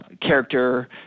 character